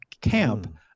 camp